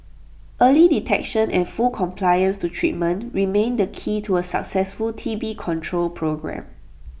early detection and full compliance to treatment remain the key to A successful T B control programme